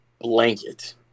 Blanket